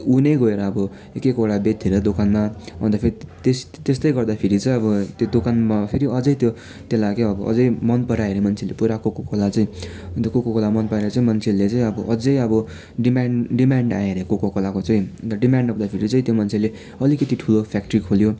ऊ नै गएर अब एकएकवटा बेच्थ्यो अरे दोकानमा अन्त फेरि त्यस त्यस्तै गर्दा फेरि चाहिँ अब त्यो दोकानमा फेरि अझ त्यो त्यसलाई के अब अझ मन पराए अरे मान्छेले पूरा कोको कोला चाहिँ अन्त कोको कोला मन पराएर चाहिँ मान्छेले चाहिँ अब अझ अब डिमान्ड डिमान्ड आयो अरे कोको कोलाको चाहिँ अन्त डिमान्ड आउँदाखेरि चाहिँ त्यो मान्छेले अलिकति ठुलो फ्याक्ट्री खोल्यो